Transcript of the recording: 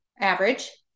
average